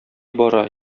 бара